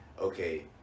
okay